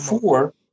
Four